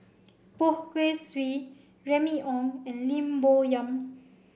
Poh Kay Swee Remy Ong and Lim Bo Yam